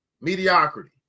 mediocrity